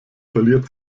verliert